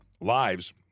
lives